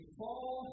fall